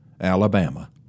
Alabama